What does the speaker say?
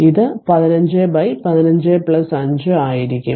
ഇത് 1515 5 ആയിരിക്കും